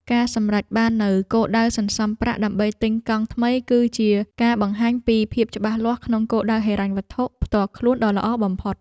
ការសម្រេចបាននូវគោលដៅសន្សំប្រាក់ដើម្បីទិញកង់ថ្មីគឺជាការបង្ហាញពីភាពច្បាស់លាស់ក្នុងគោលដៅហិរញ្ញវត្ថុផ្ទាល់ខ្លួនដ៏ល្អបំផុត។